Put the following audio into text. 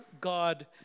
God